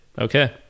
Okay